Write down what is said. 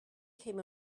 came